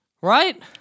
right